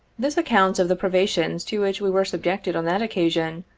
this account of the privations to which we were subjected on that occasion,